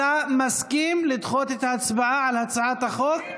אתה מסכים לדחות את ההצבעה על הצעת החוק?